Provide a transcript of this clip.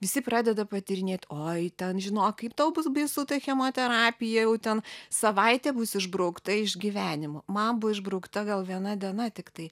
visi pradeda patyrinėt oi ten žinok kaip tau bus baisu ta chemoterapija jau ten savaitė bus išbraukta iš gyvenimo man buvo išbraukta gal viena diena tiktai